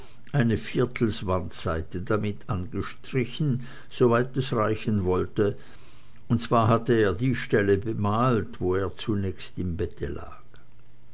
eine viertelswandseite damit angestrichen soweit es reichen wollte und zwar hatte er die stelle bemalt wo er zunächst im bette lag